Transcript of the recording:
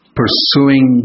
pursuing